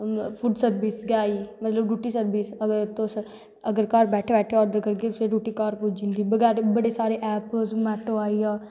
food service गै आई मतलव गूड सर्विस अगर तुस अगर घर बैठे बैठे आर्डर करदे तुसैं रुट्टी घर पुज्जी जंदी बड़े सारे ऐप न ज़ोमैटो आईया